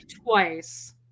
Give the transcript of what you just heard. twice